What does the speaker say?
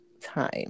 time